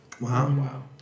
wow